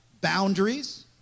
boundaries